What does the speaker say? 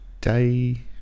day